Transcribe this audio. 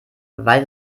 weil